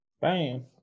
bam